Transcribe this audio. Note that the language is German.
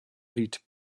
riet